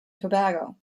tobago